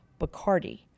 Bacardi